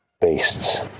Beasts